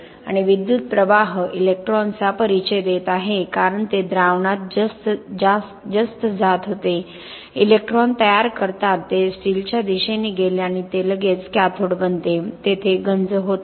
आणि विद्युत् प्रवाह इलेक्ट्रॉन्सचा परिचय देत आहे कारण ते द्रावणात जस्त जात होते इलेक्ट्रॉन तयार करतात ते स्टीलच्या दिशेने गेले आणि ते लगेच कॅथोड बनते तेथे गंज नाही